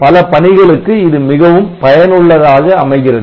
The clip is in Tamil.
பல பணிகளுக்கு இது மிகவும் பயனுள்ளதாக அமைகிறது